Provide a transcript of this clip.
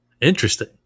Interesting